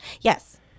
Yes